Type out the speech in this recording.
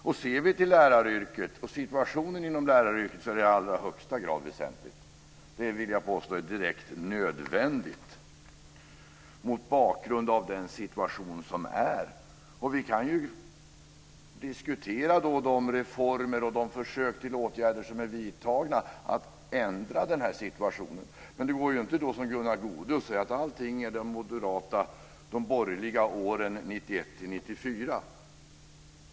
Om vi ser till läraryrket och situationen inom läraryrket är det i allra högsta grad väsentligt. Jag vill påstå att det är direkt nödvändigt mot bakgrund av den situation som råder. Vi kan ju diskutera de reformer och försök till åtgärder som har vidtagits för att ändra denna situation. Men det går ju inte att som Gunnar Goude säga att allt beror på de borgerliga regeringsåren 1991-1994.